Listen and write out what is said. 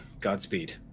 Godspeed